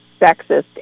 sexist